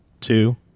two